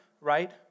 right